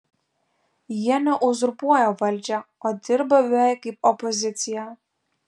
jie ne uzurpuoja valdžią o dirba beveik kaip opozicija